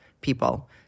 people